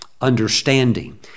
understanding